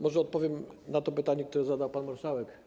Może odpowiem na to pytanie, które zadał pan marszałek.